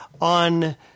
on